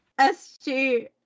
SG